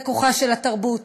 זה כוחה של התרבות.